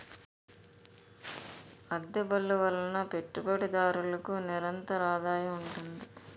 అద్దె బళ్ళు వలన పెట్టుబడిదారులకు నిరంతరాదాయం ఉంటుంది